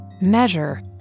measure